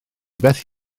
beth